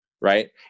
right